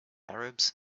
arabs